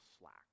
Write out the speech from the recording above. slack